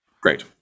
Great